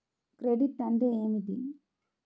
Credit అంటే ఏమిటి?